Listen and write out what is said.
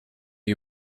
you